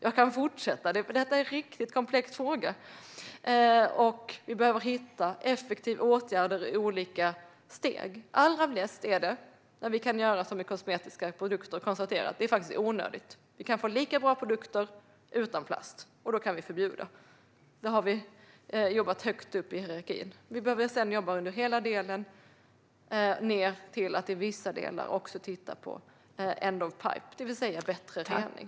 Jag kan fortsätta, för detta är en riktigt komplex fråga. Vi behöver hitta effektiva åtgärder i olika steg. Allra bäst är det när vi kan göra som med kosmetiska produkter och konstatera att det faktiskt är onödigt - vi kan få lika bra produkter utan plast, och då kan vi förbjuda plasten. Det har vi jobbat med högt upp i hierarkin. Vi behöver sedan jobba hela vägen ned till att i vissa delar också titta på end-of-pipe, det vill säga bättre rening.